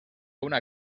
una